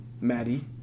Maddie